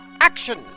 action